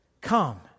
Come